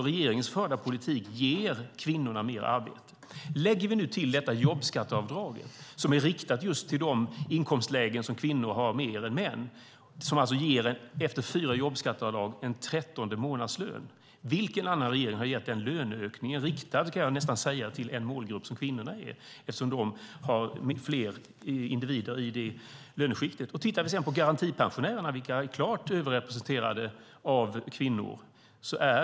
Regeringens förda politik ger alltså kvinnorna mer arbete. Till detta kan vi lägga jobbskatteavdraget, som är riktat just de inkomstlägen som kvinnor har mer än män och som efter fyra jobbskatteavdrag ger en trettonde månadslön. Vilken annan regering har gett den löneökningen, nästan riktad, kan jag säga, till den målgrupp som kvinnorna är, eftersom de har fler individer i det löneskiktet? Sedan kan vi titta på garantipensionärerna, där kvinnor är klart överrepresenterade.